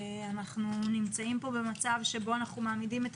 אנחנו נמצאים כאן במצב שבו אנחנו מעמידים את